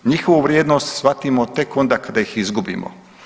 Njihovu vrijednost shvatimo tek onda kada ih izgubimo.